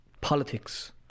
Politics